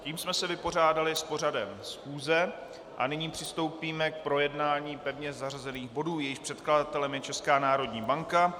Tím jsme se vypořádali s pořadem schůze a nyní přistoupíme k projednání pevně zařazených bodů, jejichž předkladatelem je Česká národní banka.